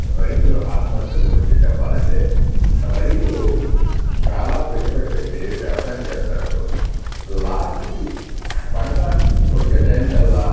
రైతుల ఆత్మహత్యలు గురించి చెప్పాలి అంటే రైతు చాలా పెట్టుబడి పెట్టి వ్యవసాయం చేస్తాడు లాస్ట్కి పంట వచ్చే టైంకల్లా